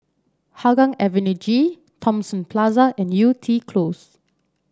Hougang Avenue G Thomson Plaza and Yew Tee Close